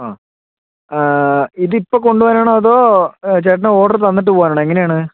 ആ ഇതിപ്പോൾ കൊണ്ടു പോകാനാണോ അതോ ചേട്ടന് ഓർഡർ തന്നിട്ടു പോകാനാണോ എങ്ങനെയാണ്